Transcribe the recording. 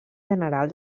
general